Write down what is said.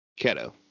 Keto